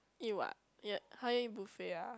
eat what [huh] you want eat buffet ah